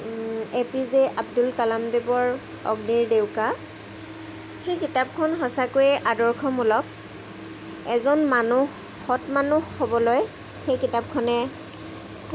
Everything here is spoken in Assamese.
এ পি জে আব্দুল কালামদেৱৰ অগ্নিৰ ডেউকা সেই কিতাপখন সঁচাকৈয়ে আদৰ্শমূলক এজন মানুহ সৎ মানুহ হ'বলৈ সেই কিতাপখনে